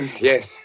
yes